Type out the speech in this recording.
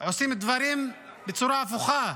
עושים דברים בצורה הפוכה.